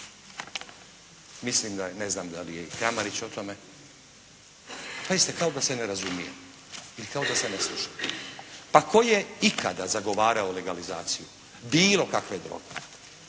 mislim da je, ne znam da li je i Kramarić o tome. Mi se kao da se ne razumijemo ili kao da se ne slušamo. A tko je ikada zagovarao legalizaciju bilo kakve droge?